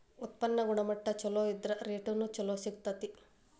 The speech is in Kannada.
ಉತ್ಪನ್ನ ಗುಣಮಟ್ಟಾ ಚುಲೊ ಇದ್ರ ರೇಟುನು ಚುಲೊ ಸಿಗ್ತತಿ